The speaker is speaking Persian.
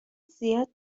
زیاد